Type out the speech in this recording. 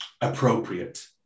appropriate